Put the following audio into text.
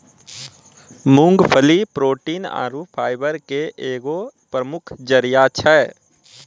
मूंगफली प्रोटीन आरु फाइबर के एगो प्रमुख जरिया छै